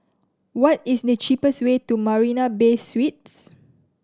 what is the cheapest way to Marina Bay Suites